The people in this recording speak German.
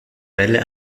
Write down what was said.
welle